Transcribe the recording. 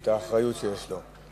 ואת האחריות שיש לו.